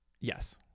Yes